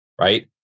Right